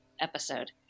episode